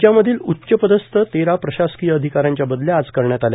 राज्यामधील उच्च पदस्थ तेरा प्रशासकीय अधिका यांच्या बदल्या आज करण्यात आल्या